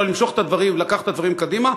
למשוך את הדברים ולקחת את הדברים קדימה,